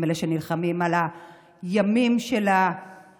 הם אלה שנלחמים על הימים של הטיפולים,